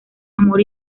amor